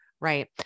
Right